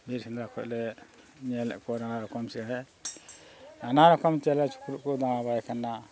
ᱵᱤᱨ ᱥᱮᱸᱫᱽᱨᱟ ᱠᱷᱚᱱᱞᱮ ᱧᱮᱞᱮᱫ ᱠᱚᱣᱟ ᱱᱟᱱᱟ ᱨᱚᱠᱚᱢ ᱥᱮ ᱱᱟᱱᱟ ᱨᱚᱠᱚᱢ ᱪᱮᱞᱮ ᱪᱤᱯᱨᱩᱫ ᱠᱚ ᱫᱟᱬᱟ ᱵᱟᱲᱟᱭ ᱠᱟᱱᱟ